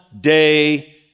day